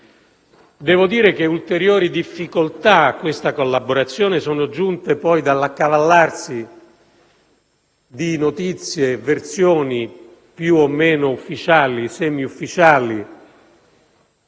Devo dire che ulteriori difficoltà a questa collaborazione sono giunte poi dall'accavallarsi di notizie e versioni più o meno ufficiali o semiufficiali,